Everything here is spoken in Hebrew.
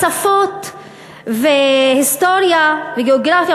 שפות והיסטוריה וגיאוגרפיה,